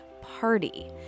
Party